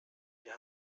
wir